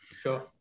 Sure